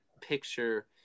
picture